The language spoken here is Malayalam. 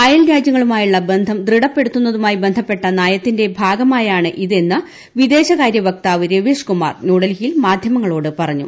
അയൽ രാജ്യങ്ങളുമായുളള ബന്ധം ദൃഢപ്പെടുത്തുന്നതുമായി ബന്ധപ്പെട്ട നയത്തിന്റെ ഭാഗമായാണ് ഇത് എന്ന് വിദേശകാര്യ വക്താവ് രവീഷ്കുമാർ ന്യൂഡൽഹിയിൽ മാധ്യമങ്ങളോട് പറഞ്ഞു